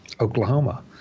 Oklahoma